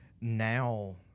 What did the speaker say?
Now